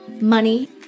money